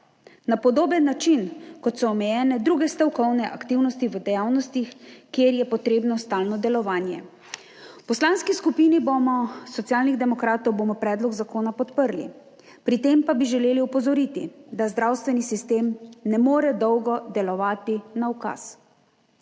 na podoben način kot so omejene druge stavkovne aktivnosti v dejavnostih, kjer je potrebno stalno delovanje. V Poslanski skupini Socialnih demokratov bomo predlog zakona podprli. Pri tem pa bi želeli opozoriti, da zdravstveni sistem ne more dolgo delovati na ukaz.